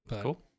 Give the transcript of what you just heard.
Cool